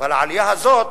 אבל העלייה הזאת